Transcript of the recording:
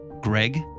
greg